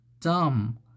Dumb